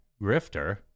grifter